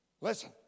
Listen